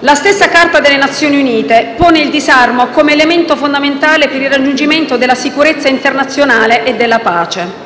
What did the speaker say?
La stessa Carta delle Nazioni Unite pone il disarmo come elemento fondamentale per il raggiungimento della sicurezza internazionale e della pace.